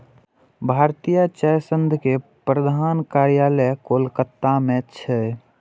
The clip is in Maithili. भारतीय चाय संघ के प्रधान कार्यालय कोलकाता मे छै